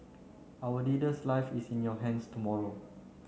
our leader's life is in your hands tomorrow